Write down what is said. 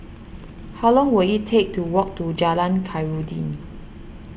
how long will it take to walk to Jalan Khairuddin